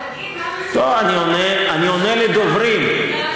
אתה גם לא עונה לעניין ובורח למה שנוח לך.